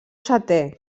setè